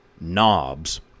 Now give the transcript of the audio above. knobs